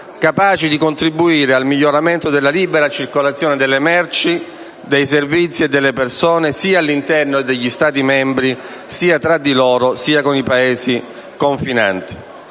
capace di contribuire al miglioramento della libera circolazione delle merci, dei servizi e delle persone all'interno degli Stati membri, tra di loro e con i Paesi confinanti.